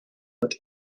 that